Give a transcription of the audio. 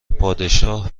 پادشاه